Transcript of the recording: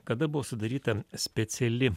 kada buvo sudaryta speciali